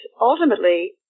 ultimately